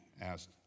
Asked